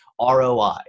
ROI